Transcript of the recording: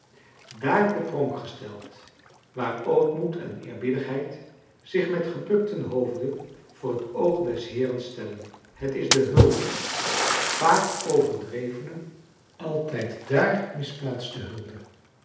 dààr te pronk gesteld waar ootmoed en eerbiedigheid zich met gebukten hoofde voor het oog des heeren stellen het is de hulde vaak overdrevene altijd dààr misplaatste hulde